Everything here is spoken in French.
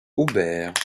aubert